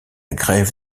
grève